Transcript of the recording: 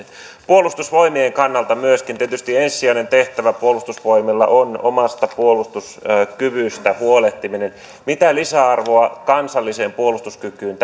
puolustusvoimien kannalta myöskin tietysti ensisijainen tehtävä puolustusvoimilla on omasta puolustuskyvystä huolehtiminen mitä lisäarvoa kansalliseen puolustuskykyyn